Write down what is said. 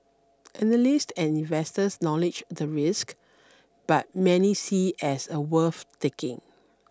analysts and investors knowledge the risk but many see it as a worth taking